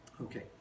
Okay